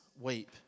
weep